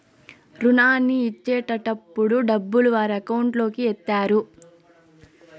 రుణాన్ని ఇచ్చేటటప్పుడు డబ్బులు వారి అకౌంట్ లోకి ఎత్తారు